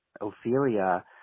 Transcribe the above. Ophelia